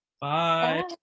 bye